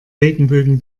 regenbögen